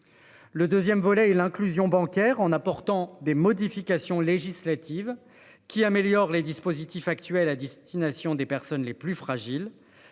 Le 2ème volet et l'inclusion bancaire en apportant des modifications législatives. Qui améliore les dispositifs actuels à destination des personnes les plus fragiles